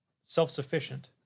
self-sufficient